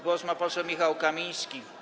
Głos ma poseł Michał Kamiński.